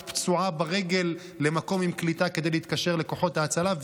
פצועה ברגל למקום עם קליטה כדי להתקשר לכוחות ההצלה.